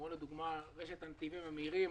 כמו לדוגמה רשת הנתיבים המהירים.